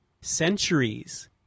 centuries